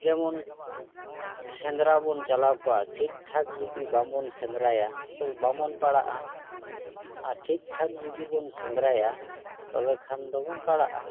ᱡᱮᱢᱚᱱ ᱥᱮᱸᱫᱽᱨᱟ ᱵᱚᱱ ᱪᱟᱞᱟᱣ ᱠᱚᱜᱼᱟ ᱴᱷᱤᱠ ᱴᱷᱟᱠ ᱡᱩᱫᱤ ᱵᱟᱝᱵᱚᱱ ᱥᱮᱫᱽᱨᱟᱭᱟ ᱛᱚᱵᱮ ᱵᱟᱝ ᱵᱚᱱ ᱯᱟᱲᱟᱜᱼᱟ ᱟᱨ ᱴᱷᱤᱠ ᱴᱷᱟᱠ ᱡᱩᱫᱤ ᱵᱚᱱ ᱥᱮᱸᱫᱽᱨᱟᱭᱟ ᱛᱚᱵᱮ ᱠᱷᱟᱱ ᱫᱚᱵᱚᱱ ᱯᱟᱲᱟᱜᱼᱟ